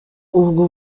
ubwo